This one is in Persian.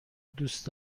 دوست